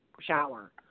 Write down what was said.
shower